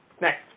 Next